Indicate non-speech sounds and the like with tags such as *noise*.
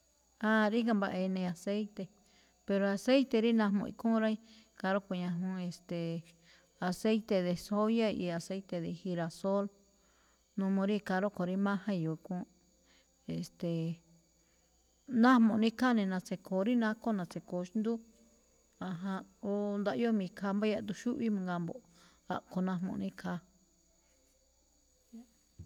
Aan, ríga̱ mbaꞌa inii aceite, pero aceite rí najmuꞌ ikhúúnꞌ rá, ikhaa rúꞌkhue̱n ñajuun, e̱ste̱e̱, aceite de soya, y aceite de girasol, n *hesitation* uu rí ikhaa rúꞌkho̱ rí máján i̱yo̱o̱ khúúnꞌ. E̱ste̱e̱, *hesitation* najmuꞌ ne̱ ikhaa ne̱ na̱tsi̱kho̱o̱ rí nakho, na̱tsi̱kho̱o̱ xndú, ajánꞌ. O ndaꞌyóo mi̱khaa mbá yaꞌduun xúꞌwí mangaa mbo̱ꞌ, a̱ꞌkho̱ najmuꞌ ne̱ ikhaa.